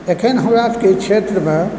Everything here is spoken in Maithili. अखन हमरा सभकें क्षेत्रमे